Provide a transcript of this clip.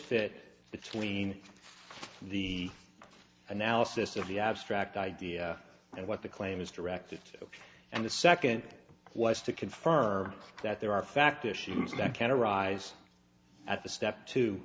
fit between the analysis of the abstract idea that what the claim is directed and the second was to confirm that there are fact issues that can arise at the step to